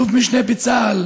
אלוף משנה בצה"ל